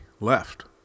left